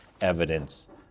evidence